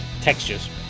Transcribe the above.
textures